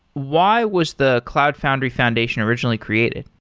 why was the cloud foundry foundation originally created?